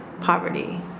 poverty